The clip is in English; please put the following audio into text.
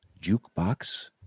Jukebox